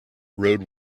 road